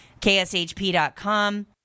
kshp.com